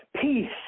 Peace